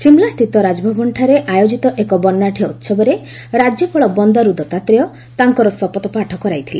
ସିମ୍ଳାସ୍ଥିତ ରାଜଭବନଠାରେ ଆୟୋଜିତ ଏକ ବର୍ଷ୍ଣାତ୍ୟ ଉତ୍ସବରେ ରାଜ୍ୟପାଳ ବନ୍ଦାରୁ ଦତ୍ତାତ୍ରେୟ ତାଙ୍କର ଶପଥପାଠ କରାଇଥିଲେ